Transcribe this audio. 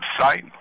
website